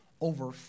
over